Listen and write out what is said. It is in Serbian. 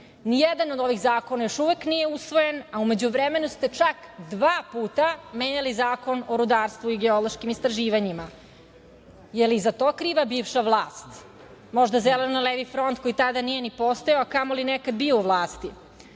Nijedan od ovih zakona još uvek nije usvojen, a u međuvremenu ste čak dva puta menjali Zakon o rudarstvu i geološkim istraživanjima. Da li je i za to kriva bivša vlast? Možda Zeleno-Levi front, koji tada nije ni postojao, a kamo li bio u Vladi,